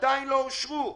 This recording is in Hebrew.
עדיין לא אושרו.